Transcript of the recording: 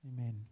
amen